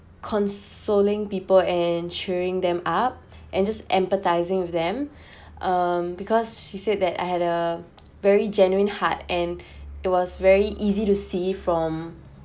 consoling people and cheering them up and just empathising with them um because she said that I had a very genuine heart and it was very easy to see from